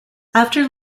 after